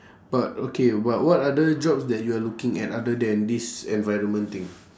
but okay but what other jobs that you are looking at other than this environment thing